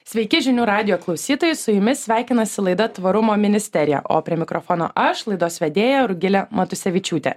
sveiki žinių radijo klausytojai su jumis sveikinasi laida tvarumo ministerija o prie mikrofono aš laidos vedėja rugilė matusevičiūtė